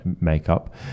makeup